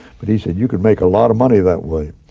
but he said you could make a lot of money that way.